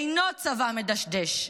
אינו צבא מדשדש.